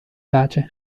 pace